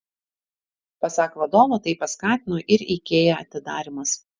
pasak vadovo tai paskatino ir ikea atidarymas